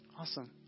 Awesome